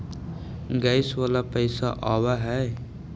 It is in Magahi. गैस वाला पैसा आव है?